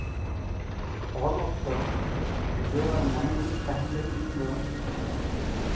ᱚᱞ ᱚᱠᱛᱚ ᱩᱫᱽᱜᱟᱹᱣ ᱟᱨ ᱢᱚᱱᱮ ᱩᱨᱤᱡ ᱛᱟᱸᱦᱮᱱ ᱞᱟᱹᱜᱤᱫ ᱤᱧ ᱫᱚ